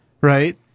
right